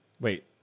Wait